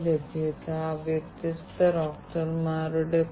legacy ഇൻസ്റ്റാളേഷനുകൾ പരിഗണിക്കേണ്ട വളരെ നിർണായക വശമാണ്